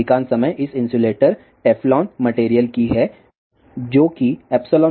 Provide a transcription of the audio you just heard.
अधिकांश समय इस इन्सुलेटर टेफ्लोन मटेरियल की है जो की εr 21